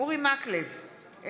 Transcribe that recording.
אורי מקלב,